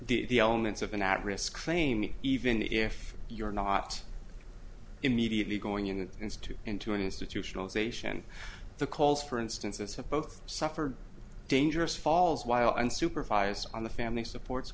the the elements of an at risk claim even if you're not immediately going to into an institutionalization the calls for instance of supposed suffer dangerous falls while unsupervised on the family supports